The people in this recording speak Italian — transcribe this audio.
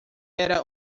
era